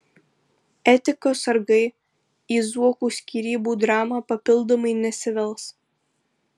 etikos sargai į zuokų skyrybų dramą papildomai nesivels